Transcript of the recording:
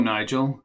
Nigel